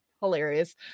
hilarious